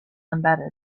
embedded